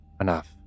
enough